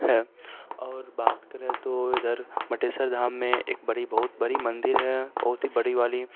ہے اور بات کریں تو ادھر مٹیسر دھام میں ایک بڑی بہت بڑی مندر ہے بہت ہی بڑی والی